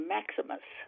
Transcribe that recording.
Maximus